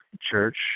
church